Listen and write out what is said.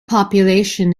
population